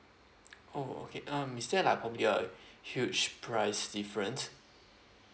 oh okay um is that like probably a huge price difference